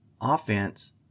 offense